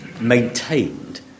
maintained